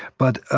but,